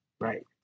right